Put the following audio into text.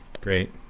great